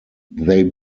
they